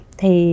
thì